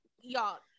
y'all